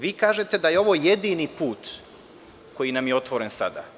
Vi kažete da je ovo jedini put koji nam je otvoren sada.